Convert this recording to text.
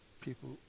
people